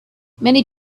many